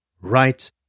right